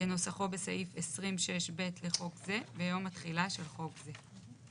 כנוסחו בסעיף 20.6 (ב') לחוק זה ביום התחילה של יום זה.